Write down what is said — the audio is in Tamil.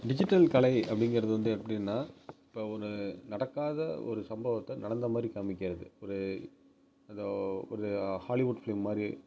டிஜிட்டல் கலை அப்படிங்கிறது வந்து எப்படின்னா இப்போ ஒரு நடக்காத ஒரு சம்பவத்தை நடந்த மாதிரி காமிக்கிறது ஒரு அந்த ஒரு ஹாலிவுட் ஃபிலிம் மாதிரி